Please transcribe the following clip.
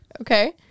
Okay